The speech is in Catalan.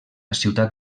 ciutat